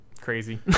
crazy